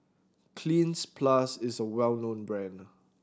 Cleanz Plus is a well known brand